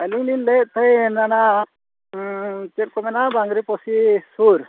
ᱟᱹᱞᱤᱧ ᱞᱤᱧ ᱞᱟᱹᱭᱮᱫ ᱛᱟᱦᱮᱱ ᱚᱱᱮ ᱚᱱᱟ ᱪᱮᱫ ᱠᱚ ᱢᱮᱱᱟ ᱵᱟᱝᱨᱤ ᱯᱩᱥᱤ ᱥᱩᱨ